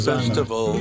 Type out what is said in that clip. Festival